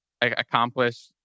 accomplish